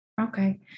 Okay